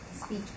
speech